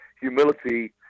humility